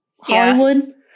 Hollywood